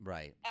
Right